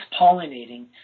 pollinating